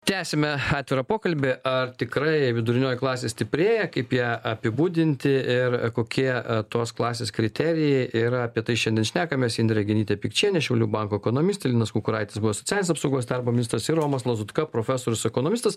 tęsime atvirą pokalbį ar tikrai vidurinioji klasė stiprėja kaip ją apibūdinti ir kokie tos klasės kriterijai yra apie tai šiandien šnekamės indrė genytė pikčienė šiaulių banko ekonomistė linas kukuraitis buvęs socialinės apsaugos darbo ministras ir romas lazutka profesorius ekonomistas